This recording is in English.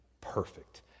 perfect